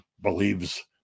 believes